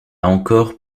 encore